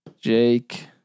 Jake